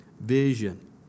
vision